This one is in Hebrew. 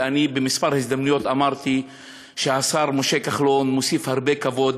ובכמה הזדמנויות אמרתי שהשר משה כחלון מוסיף הרבה כבוד